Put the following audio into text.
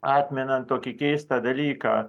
atmenant tokį keistą dalyką